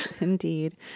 Indeed